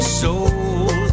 soul